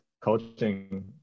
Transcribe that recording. coaching